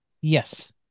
Yes